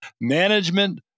management